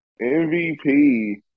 MVP